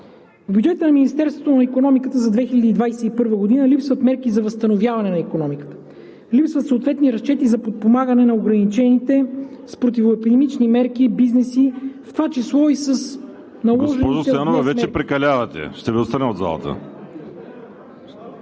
В бюджета на Министерството на икономиката за 2021 г. липсват мерки за възстановяване на икономиката, липсват съответни разчети за подпомагане на ограничените с противоепидемични мерки бизнеси, в това число и с наложените днес мерки.